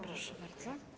Proszę bardzo.